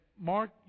Mark